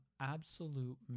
absolute